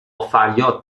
فریاد